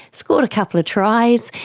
scored a couple of tries.